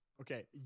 Okay